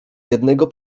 jednego